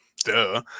Duh